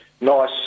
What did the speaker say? nice